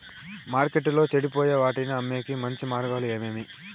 మార్కెట్టులో చెడిపోయే వాటిని అమ్మేకి మంచి మార్గాలు ఏమేమి